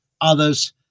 others